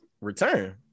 return